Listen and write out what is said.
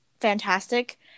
fantastic